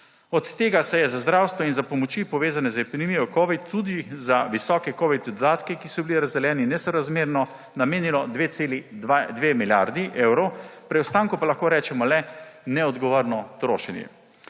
Od tega se je za zdravstvo in za pomoči, povezane z epidemijo covida, tudi za visoke covid dodatke, ki so bili razdeljeni nesorazmerno, namenilo 2,2 milijarde evrov, preostanku pa lahko rečemo le neodgovorno trošenje.